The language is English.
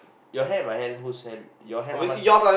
your hand my hand whose hand your hand how much